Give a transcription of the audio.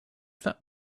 that